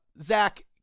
zach